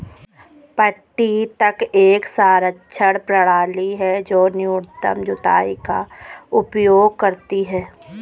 पट्टी तक एक संरक्षण प्रणाली है जो न्यूनतम जुताई का उपयोग करती है